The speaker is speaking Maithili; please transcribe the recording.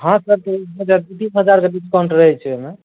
हँ सर दू तीन हजार दू तीन हजारके डिस्काउंट रहैत छै ओहिमे